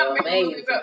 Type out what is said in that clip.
amazing